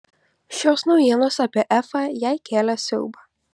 šios naujienos apie efą jai kėlė siaubą